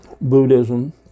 Buddhism